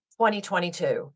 2022